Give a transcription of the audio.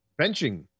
Benching